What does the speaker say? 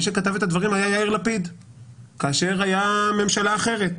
מי שכתב את הדברים היה יאיר לפיד כאשר הייתה ממשלה אחרת.